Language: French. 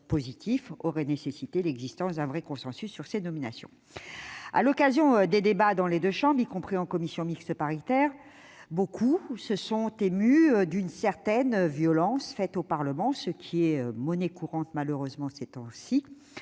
positifs supposerait un vrai consensus sur ces nominations. À l'occasion des débats dans les deux chambres, y compris en commission mixte paritaire, beaucoup se sont émus d'une certaine violence faite au Parlement, ce qui est malheureusement monnaie courante ces temps-ci,